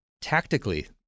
tactically